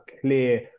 clear